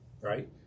Right